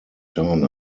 town